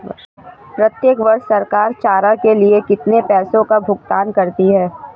प्रत्येक वर्ष सरकार चारा के लिए कितने पैसों का भुगतान करती है?